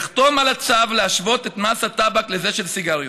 יחתום על הצו להשוות את מס הטבק לזה של סיגריות.